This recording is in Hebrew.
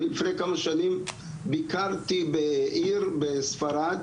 אני לפני כמה שנים ביקרתי בעיר בספרד